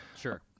sure